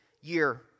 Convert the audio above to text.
year